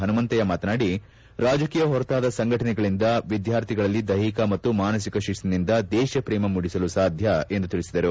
ಪನುಮಂತಯ್ಯ ಮಾತನಾಡಿ ರಾಜಕೀಯ ಹೊರತಾದ ಸಂಘಟನೆಗಳಿಂದ ವಿದ್ಕಾರ್ಥಿಗಳಲ್ಲಿ ದೈಹಿಕ ಪಾಗೂ ಮಾನಸಿಕ ಶಿಸ್ತಿನಿಂದ ದೇಶಪ್ರೇಮ ಮೂಡಿಸಲು ಸಾಧ್ಯ ಎಂದು ತಿಳಿಸಿದರು